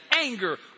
anger